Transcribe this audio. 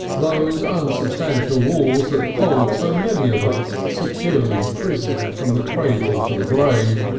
those unsubstantial walls that hold so many of us securely prisoned from the cradle to the grave,